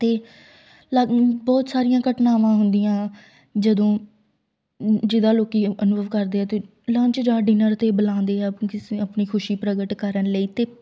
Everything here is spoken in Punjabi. ਅਤੇ ਲੱ ਬਹੁਤ ਸਾਰੀਆਂ ਘਟਨਾਵਾਂ ਹੁੰਦੀਆਂ ਜਦੋਂ ਜਿਹਦਾ ਲੋਕੀਂ ਅਨੁਭਵ ਕਰਦੇ ਆ ਅਤੇ ਲੰਚ ਜਾਂ ਡਿਨਰ 'ਤੇ ਬੁਲਾਉਂਦੇ ਆ ਕਿਸੇ ਆਪਣੀ ਖੁਸ਼ੀ ਪ੍ਰਗਟ ਕਰਨ ਲਈ ਅਤੇ